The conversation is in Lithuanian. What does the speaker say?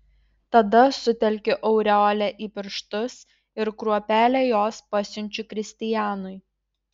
tada sutelkiu aureolę į pirštus ir kruopelę jos pasiunčiu kristianui